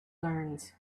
learns